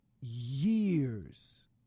years